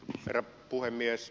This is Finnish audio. herra puhemies